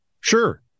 Sure